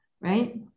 right